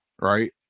right